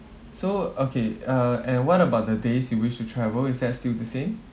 so okay uh and what about the days you wish to travel is that still the same